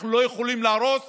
אנחנו לא יכולים להרוס